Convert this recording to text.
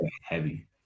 heavy